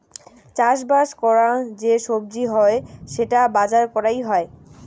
চাষবাস করাং যে সবজি হই সেটার বাজার করাং হই